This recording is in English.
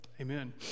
Amen